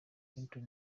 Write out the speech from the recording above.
clinton